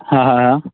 હા હા હા